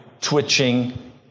twitching